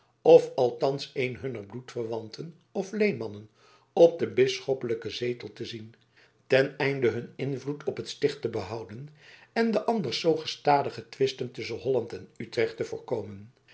of althans een hunner bloedverwanten of leenmannen op den bisschoppelijken zetel te zien ten einde hun invloed op het sticht te behouden en de anders zoo gestadige twisten tusschen holland en utrecht te voorkomen